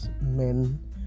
men